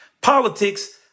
Politics